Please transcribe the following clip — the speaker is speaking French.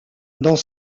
dans